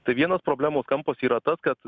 tai vienas problemos kampas yra tas kad